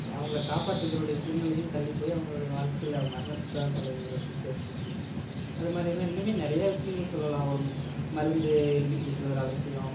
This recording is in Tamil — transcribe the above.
அவங்கள காப்பாற்றிக்கிருடைய சூழ்நிலையும் தள்ளி போய் அவங்களுடைய வாழ்க்கையில மரணத்தைதான் சுச்வேஷன் வந்துச்சு அதை மாதிரி எல்லாம் இன்னுமே நிறையா விஷயங்கள் சொல்லலாம் ஒரு மருந்து எழுதி கொடுக்கறதுல அலட்சியம்